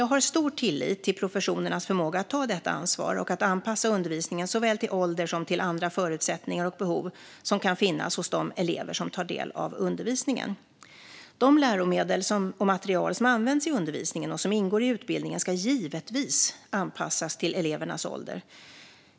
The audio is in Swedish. Jag har stor tillit till professionernas förmåga att ta detta ansvar och att anpassa undervisningen såväl till ålder som till andra förutsättningar och behov som kan finnas hos de elever som tar del av undervisningen. De läromedel och material som används i undervisningen och som ingår i utbildningen ska givetvis anpassas till elevernas ålder.